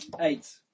Eight